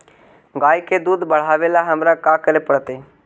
गाय के दुध बढ़ावेला हमरा का करे पड़तई?